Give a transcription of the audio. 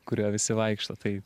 kuriuo visi vaikšto tai